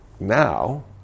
now